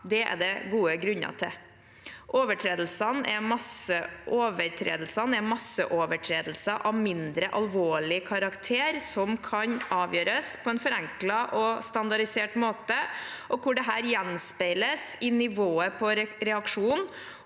Det er det gode grunner til. Overtredelsene er masseovertredelser av mindre alvorlig karakter som kan avgjøres på en forenklet og standardisert måte, hvor dette gjenspeiles i nivået på reaksjonen,